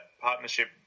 partnership